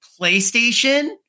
playstation